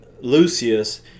lucius